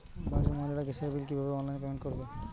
বাড়ির মহিলারা গ্যাসের বিল কি ভাবে অনলাইন পেমেন্ট করবে?